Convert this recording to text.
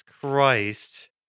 Christ